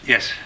Yes